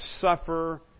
suffer